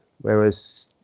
whereas